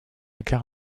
guerre